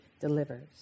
delivers